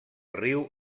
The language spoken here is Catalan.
riu